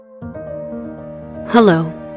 Hello